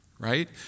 Right